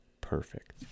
perfect